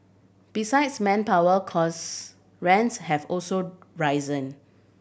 besides manpower costs rents have also risen